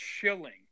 chilling